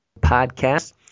Podcast